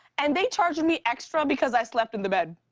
and they charged me extra because i slept in the bed.